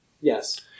Yes